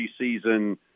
preseason